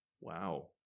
Wow